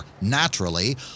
Naturally